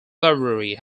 library